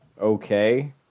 okay